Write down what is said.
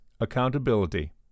Accountability